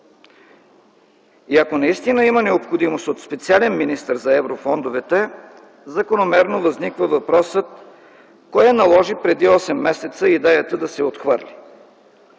Ако наистина има необходимост от специален министър за еврофондовете, закономерно възниква въпросът кое наложи преди осем месеца идеята да се отхвърли.